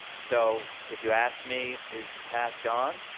so, if you ask me, is the past gone?